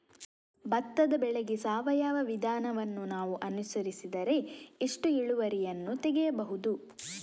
ಭತ್ತದ ಬೆಳೆಗೆ ಸಾವಯವ ವಿಧಾನವನ್ನು ನಾವು ಅನುಸರಿಸಿದರೆ ಎಷ್ಟು ಇಳುವರಿಯನ್ನು ತೆಗೆಯಬಹುದು?